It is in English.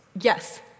Yes